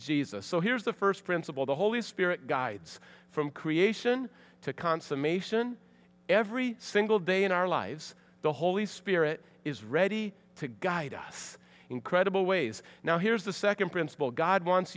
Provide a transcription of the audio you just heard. jesus so here's the first principle the holy spirit guides from creation to consummation every single day in our lives the holy spirit is ready to guide us incredible way yes now here's the second principle god wants